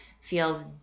feels